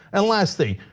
and last thing,